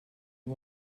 you